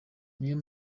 niyo